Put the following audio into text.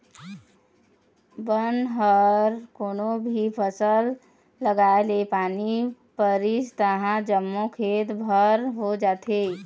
बन ह कोनो भी फसल लगाए र पानी परिस तहाँले जम्मो खेत भर हो जाथे